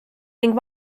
ning